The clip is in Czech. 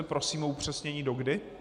Prosím o upřesnění dokdy.